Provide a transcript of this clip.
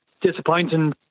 disappointing